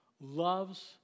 loves